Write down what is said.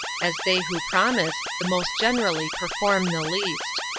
as they who promise the most generally perform the least.